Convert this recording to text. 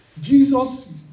Jesus